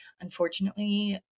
Unfortunately